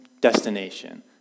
destination